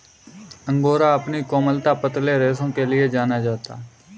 angora अपनी कोमलता, पतले रेशों के लिए जाना जाता है